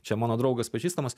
čia mano draugas pažįstamas